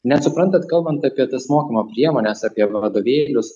net suprantat kalbant apie tas mokymo priemones apie vadovėlius